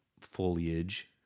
foliage